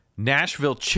Nashville